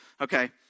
Okay